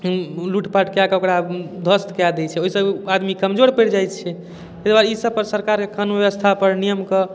लूटपाट कए कऽ ओकरा ध्वस्त कए दै छै ओइसँ ओ आदमी कमजोर पड़ि जाइ छै तै दुआरे ई सबपर सरकारके कानून ब्वस्थापर नियमके